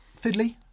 fiddly